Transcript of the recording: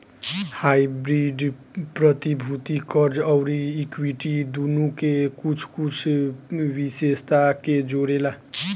hybrid प्रतिभूति, कर्ज अउरी इक्विटी दुनो के कुछ कुछ विशेषता के जोड़ेला